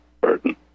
burden